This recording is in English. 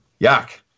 Yuck